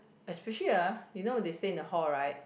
especially ah you know they stay in the hall right